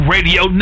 Radio